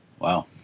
wow